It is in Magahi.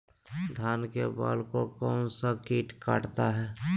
धान के बाल को कौन सा किट काटता है?